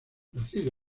nacido